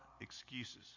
excuses